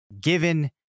given